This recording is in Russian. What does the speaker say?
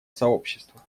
сообщества